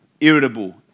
irritable